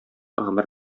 гомер